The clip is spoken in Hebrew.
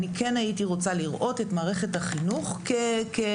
אני כן הייתי רוצה לראות את מערכת החינוך כניצנים,